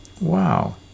Wow